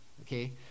Okay